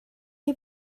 chi